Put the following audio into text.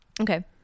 okay